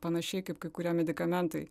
panašiai kaip kai kurie medikamentai